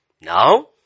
Now